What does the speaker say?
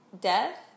death